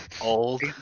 Old